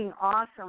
awesome